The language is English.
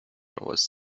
was